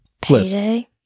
Payday